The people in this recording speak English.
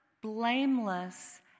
blameless